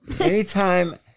anytime